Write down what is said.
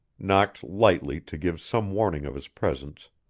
knocked lightly to give some warning of his presence,